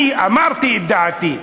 אמרתי את דעתי,